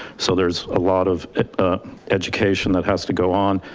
so there's a lot of education that has to go on.